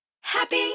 Happy